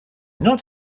not